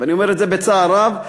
ואני אומר את זה בצער רב,